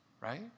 right